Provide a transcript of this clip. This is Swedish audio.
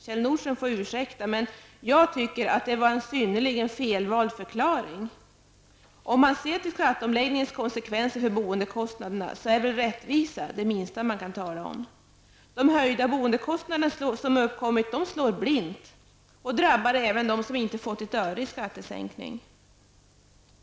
Kjell Nordström får ursäkta, men jag tycker att det är en synnerligen felvald förklaring. Om man ser till skatteomläggningens konsekvenser för boendekostnaderna så är väl rättvisa det minsta man kan tala om. De höjda boendekostnader som blivit följden slår ju blint och drabbar även dem som inte fått ett öre i skattesänkning.